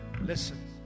Listen